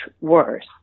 worse